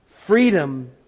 Freedom